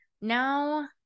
now